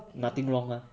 nothing wrong mah